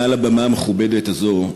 מעל הבמה המכובדת הזאת,